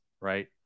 Right